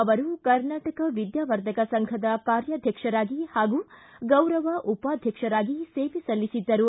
ಅವರು ಕರ್ನಾಟಕ ವಿದ್ಯಾವರ್ಧಕ ಸಂಘದ ಕಾರ್ಯಾಧ್ಯಕ್ಷರಾಗಿ ಹಾಗೂ ಗೌರವ ಉಪಾಧ್ಯಕ್ಷರಾಗಿ ಸೇವೆ ಸಲ್ಲಿಸಿದ್ದರು